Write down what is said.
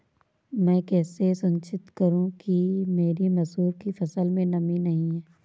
मैं कैसे सुनिश्चित करूँ कि मेरी मसूर की फसल में नमी नहीं है?